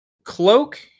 Cloak